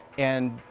and,